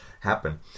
happen